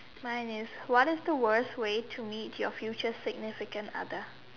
mine is what is the worst way to meet your future significant other